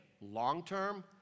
Long-term